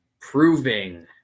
proving